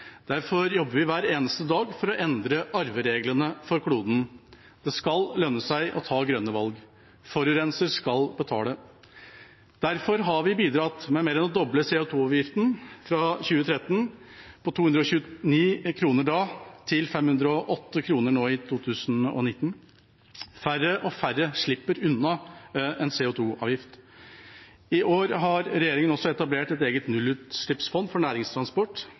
Derfor jobber vi hver eneste dag for å endre arvereglene for kloden. Det skal lønne seg å ta grønne valg. Forurenser skal betale. Derfor har vi bidratt med mer enn å doble CO2-avgiften, fra 229 kr i 2013 til 508 kr nå i 2019. Færre og færre slipper unna en CO2-avgift. I år har regjeringa også etablert et eget nullutslippsfond for næringstransport.